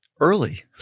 early